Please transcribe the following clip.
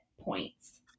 points